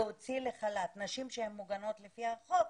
להוציא לחל"ת נשים שהן מוגנות לפי החוק,